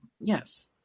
Yes